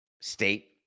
State